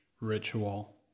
ritual